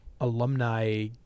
alumni